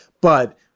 But-